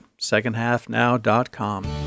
secondhalfnow.com